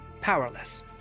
powerless